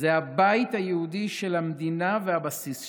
זה הבית היהודי של המדינה והבסיס שלנו.